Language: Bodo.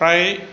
फ्राय